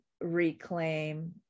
reclaim